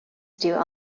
still